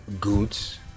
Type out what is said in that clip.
goods